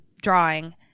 drawing